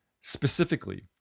specifically